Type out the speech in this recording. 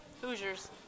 Hoosiers